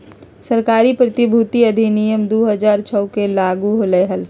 सरकारी प्रतिभूति अधिनियम दु हज़ार छो मे लागू होलय हल